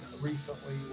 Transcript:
recently